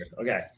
Okay